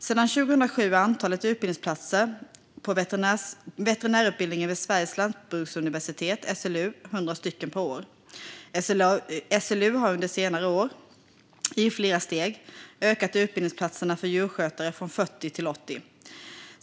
Sedan 2007 är antalet utbildningsplatser på veterinärutbildningen vid Sveriges lantbruksuniversitet, SLU, 100 stycken per år. SLU har under senare år, i flera steg, ökat antalet utbildningsplatser för djursjukskötare från 40 till 80.